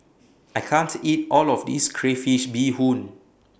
I can't eat All of This Crayfish Beehoon